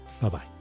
Bye-bye